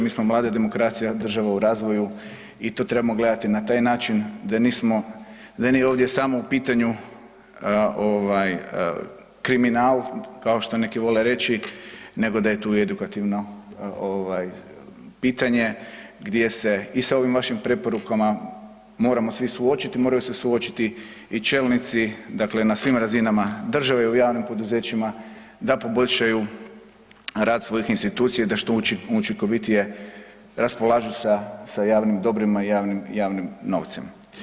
Mi smo mlade demokracije, država u razvoju i to trebamo gledati na taj način, da nismo, da nije ovdje samo u pitanju ovaj, kriminal, kao što neki vole reći, nego da je tu edukativno pitanje gdje se i sa ovim vašim preporukama, moramo svi suočiti, moraju se suočiti i čelnici dakle na svim razinama države, u javnim poduzećima, da poboljšaju rad svojih institucija i da što učinkovitije raspolažu sa javnim dobrima i javnim novcem.